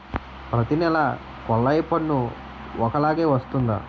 ప్రతి నెల కొల్లాయి పన్ను ఒకలాగే వస్తుందా?